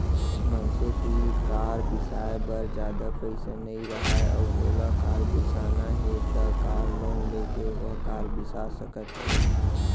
मनसे तीर कार बिसाए बर जादा पइसा नइ राहय अउ ओला कार बिसाना हे त कार लोन लेके ओहा कार बिसा सकत हे